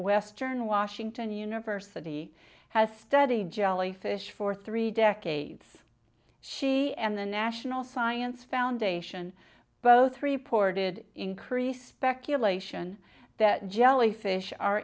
western washington university has studied jellyfish for three decades she and the national science foundation both reported increase speculation that jellyfish are